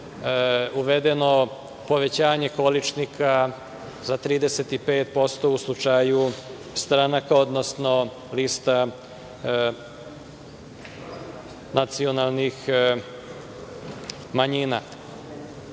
uvedeno povećanje količnika za 35% u slučaju stranaka, odnosno, lista nacionalnih